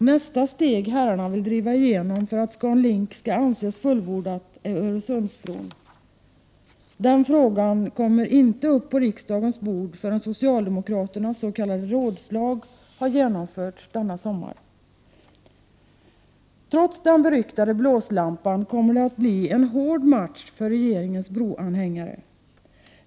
Nästa steg som herrarna vill driva igenom för att ScanLink skall anses fullbordad är Öresundsbron. Den frågan kommer inte upp på riksdagens bord förrän socialdemokraternas s.k. rådslag har genomförts i sommar. Trots den beryktade blåslampan kommer det att bli en hård match för regeringens broanhängare.